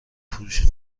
فروشی